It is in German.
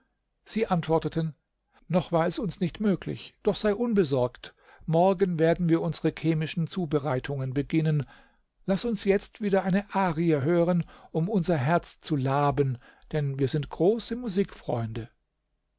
sie antworteten noch war es nicht möglich doch sei unbesorgt morgen werden wir unsere chemischen zubereitungen beginnen laß uns jetzt wieder eine arie hören um unser herz zu laben denn wir sind große musikfreunde